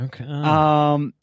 Okay